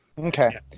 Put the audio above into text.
Okay